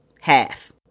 Half